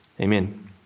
Amen